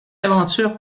aventure